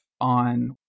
on